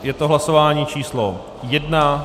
Je to hlasování číslo 1.